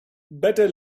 better